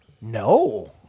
No